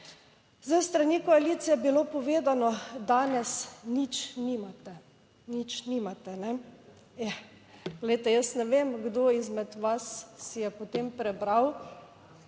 S strani koalicije je bilo povedano, danes nič nimate, nič nimate. Ja, glejte, jaz ne vem, kdo izmed vas si je potem prebral